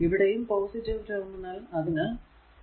ഇവിടെയും positive terminal അതിനാൽ 2v0